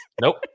Nope